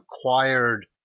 acquired